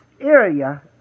area